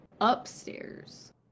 Upstairs